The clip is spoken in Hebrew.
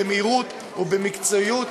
במהירות ובמקצועיות,